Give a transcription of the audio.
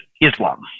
Islam